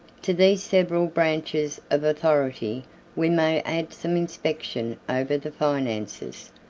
to these several branches of authority we may add some inspection over the finances,